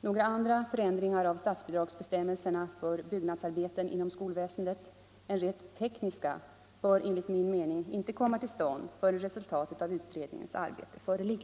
Några andra förändringar av statsbidragsbestämmelserna för byggnadsarbeten inom skolväsendet än rent tekniska bör enligt min mening inte komma till stånd förrän resultatet av utredningens arbete föreligger.